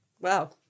wow